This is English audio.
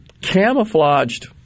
camouflaged